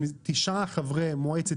תשעה חברי מועצת